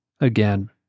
again